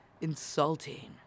insulting